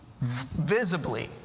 visibly